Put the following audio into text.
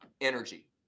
energy